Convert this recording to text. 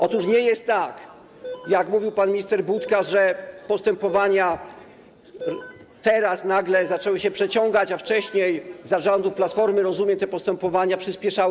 Otóż nie jest tak, jak mówił pan minister Budka, że postępowania teraz nagle zaczęły się przeciągać, a wcześniej, za rządów Platformy, jak rozumiem, te postępowania przyspieszały.